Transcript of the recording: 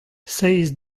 seizh